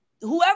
whoever